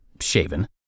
shaven